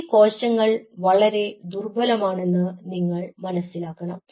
ഈ കോശങ്ങൾ വളരെ ദുർബലമാണെന്ന് നിങ്ങൾ മനസ്സിലാക്കണം